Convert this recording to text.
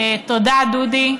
תודה, דודי,